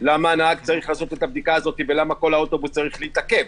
למה הנהג צריך לעשות את הבדיקה הזאת ולמה כל האוטובוס צריך להתעכב?